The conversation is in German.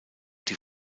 die